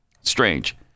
Strange